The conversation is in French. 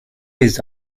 les